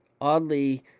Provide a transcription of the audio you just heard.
oddly